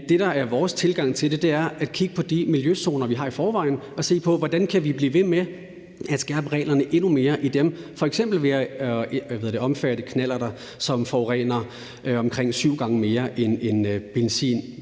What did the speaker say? det, der er vores tilgang til det, er at kigge på de miljøzoner, vi har i forvejen, og se på, hvordan vi kan blive ved med at skærpe reglerne endnu mere i dem, f.eks. ved at omfatte knallerter, som forurener omkring syv gange mere end en